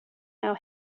now